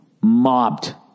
mobbed